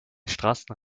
straßen